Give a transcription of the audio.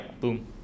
Boom